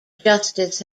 justice